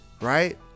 right